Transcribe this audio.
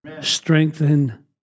strengthen